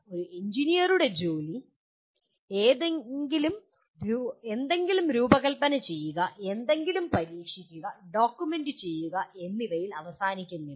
ഒരു എഞ്ചിനീയറുടെ ജോലി എന്തെങ്കിലും രൂപകൽപ്പന ചെയ്യുക എന്തെങ്കിലും പരീക്ഷിക്കുക ഡോക്യുമെന്റ് ചെയ്യുക എന്നിവയിൽ അവസാനിക്കുന്നില്ല